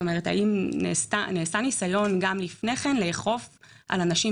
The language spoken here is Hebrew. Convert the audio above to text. האם נעשה ניסיון גם לפני כן לאכוף על אנשים